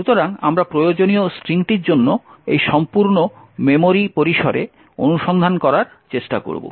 সুতরাং আমরা প্রয়োজনীয় স্ট্রিংটির জন্য এই সম্পূর্ণ মেমোরি পরিসরে অনুসন্ধান করার চেষ্টা করব